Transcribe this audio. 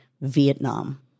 Vietnam